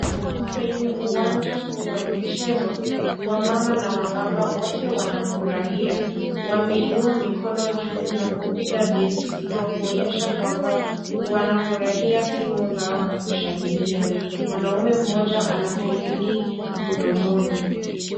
Kwenye uwanja huu wa michezo, wamama na wababa wote wanafurahia, wameinua mikono juu na kupiga densi kwa kuonyesha kwamba wanafurahia timu zao na kushangilia. Mwanaume mmoja ana firimbi mdomoni.